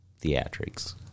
theatrics